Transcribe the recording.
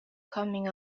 coming